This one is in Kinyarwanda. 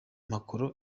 macron